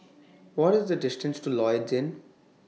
What IS The distance to Lloyds Inn